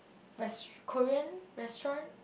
rest~ Korean restaurant